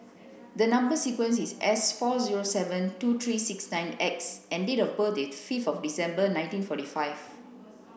the number sequence is S four zero seven two three six nine X and date of birth is fifth of December nineteen forty five